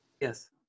yes